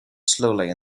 slowly